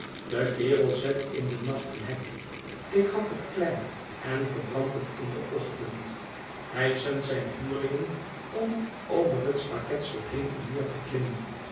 de kerel zet in den nacht een hek ik hak het klein en verbrand het in den ochtend hij zendt zijne huurlingen om over het staketsel heen en weer te klimmen